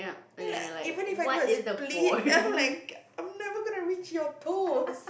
then you like even if I do a split then I'm like I'm never going to reach your toes